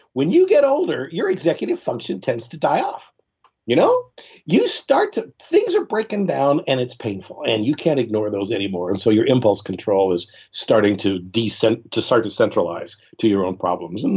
when you get older, your executive function tends to die off you know you start to, things are breaking down and it's painful and you can't ignore those anymore, and so your impulse control is starting to descent to start to centralize to your own problems. and